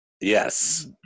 yes